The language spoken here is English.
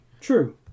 True